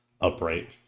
upright